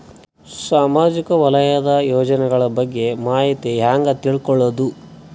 ಸಾಮಾಜಿಕ ವಲಯದ ಯೋಜನೆಗಳ ಬಗ್ಗೆ ಮಾಹಿತಿ ಹ್ಯಾಂಗ ತಿಳ್ಕೊಳ್ಳುದು?